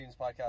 podcast